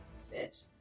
Bitch